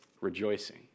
rejoicing